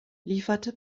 lieferte